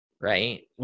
right